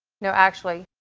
no, actually.